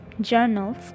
journals